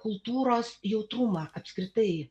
kultūros jautrumą apskritai